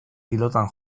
pilotan